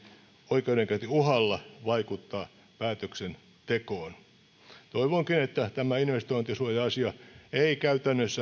oikeudenkäyntiuhalla vaikuttaa päätöksentekoon toivonkin että tämä investointisuoja asia ei käytännössä